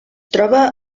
troba